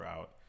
out